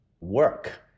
work